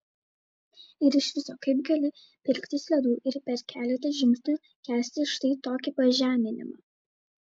ir iš viso kaip gali pirktis ledų ir per keletą žingsnių kęsti štai tokį pažeminimą